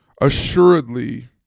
Assuredly